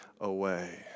away